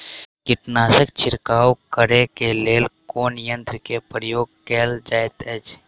कीटनासक छिड़काव करे केँ लेल कुन यंत्र केँ प्रयोग कैल जाइत अछि?